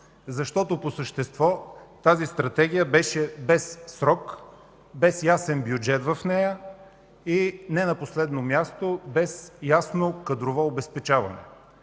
защото по същество тази Стратегия беше без срок, без ясен бюджет в нея, и не на последно място – без ясно кадрово обезпечаване.